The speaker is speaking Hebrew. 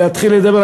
להתחיל לדבר,